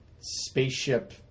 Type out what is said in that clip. spaceship